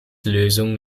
lösung